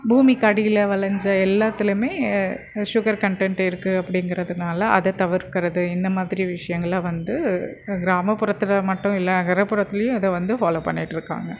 பூமிக்கடியில் விளஞ்ச எல்லாத்துலையுமே sugar content இருக்குது அப்படிங்கிறதுனால அதை தவிர்க்கிறது இந்த மாதிரி விஷியங்களை வந்து கிராமப்புறத்தில் மட்டும் இல்லை நகரப்புறத்துலேயும் இதை வந்து ஃபாலோ பண்ணிட்டுருக்காங்க